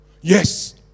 Yes